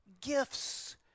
gifts